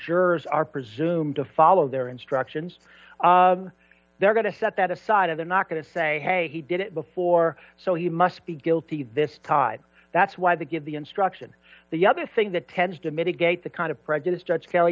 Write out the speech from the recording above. jurors are presumed to follow their instructions they're going to set that aside of they're not going to say hey he did it before so he must be guilty this time that's why they give the instruction the other thing that tends to mitigate the kind of prejudice judge kelly